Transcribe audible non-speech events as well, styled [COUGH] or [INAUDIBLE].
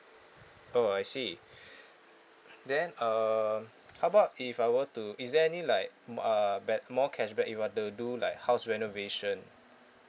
oh I see [BREATH] then um how about if I were to is there any like mm uh b~ more cashback if I were to do like house renovation